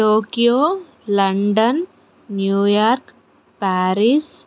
Tokyo London New York Paris